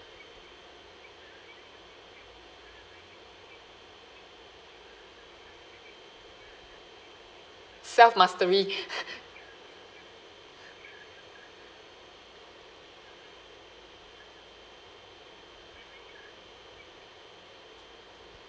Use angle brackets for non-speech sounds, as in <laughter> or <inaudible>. self mastery <laughs>